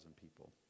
people